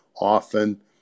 often